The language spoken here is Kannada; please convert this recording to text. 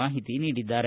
ಮಾಹಿತಿ ನೀಡಿದ್ದಾರೆ